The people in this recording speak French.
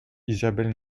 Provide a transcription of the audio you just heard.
isabelle